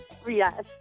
Yes